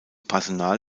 personal